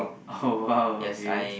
oh !wow! okay